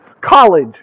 college